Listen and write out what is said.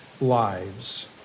lives